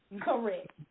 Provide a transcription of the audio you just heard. correct